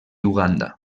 uganda